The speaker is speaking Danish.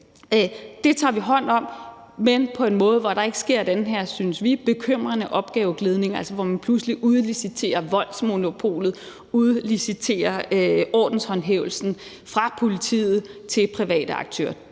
Det tager vi hånd om, men på en måde, hvor der ikke sker den her, synes vi, bekymrende opgaveglidning, altså hvor man pludselig udliciterer voldsmonopolet, udliciterer ordenshåndhævelsen fra politiet til private aktører.